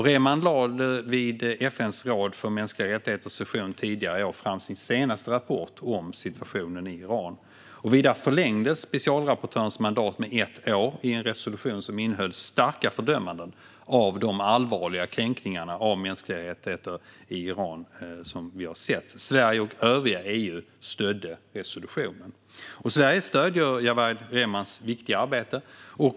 Rehman lade vid FN:s råd för mänskliga rättigheters session tidigare i år fram sin senaste rapport om situationen i Iran. Vidare förlängdes specialrapportörens mandat med ett år i en resolution som innehöll starka fördömanden av de allvarliga kränkningarna av mänskliga rättigheter i Iran som vi har sett. Sverige och övriga EU stödde resolutionen. Sverige stöder Javaid Rehmans viktiga arbete.